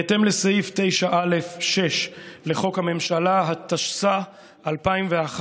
בהתאם לסעיף 9(א)(6) לחוק הממשלה, התשס"א 2001,